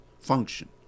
function